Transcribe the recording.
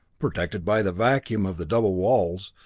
protected by the vacuum of the double walls,